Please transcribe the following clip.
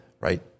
right